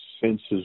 senses